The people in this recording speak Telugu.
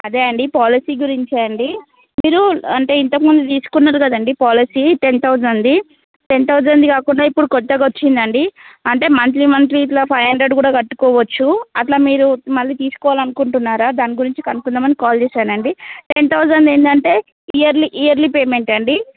అదే అండి పాలిసీ గురించి అండి మీరు అంటే ఇంతకముందు తీసుకున్నారు కదండి పాలిసీ టెన్ థౌసండ్ అది టెన్ థౌసండ్ అది కాకుండా ఇప్పుడు కొత్తగా వచ్చింది అండి అంటే మంత్లీ మంత్లీ ఇలా ఫైవ్ హండ్రెడ్ కూడా కట్టవచ్చు అలా మీరు మళ్ళీ తీసుకోవాలి అనుకుంటున్నారా దాని గురించి కనుక్కుందాం అని కాల్ చేసాను అండి టెన్ థౌసండ్ అది ఏంటంటే ఇయర్లీ ఇయర్లీ పేమెంట్ అండి